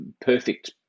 perfect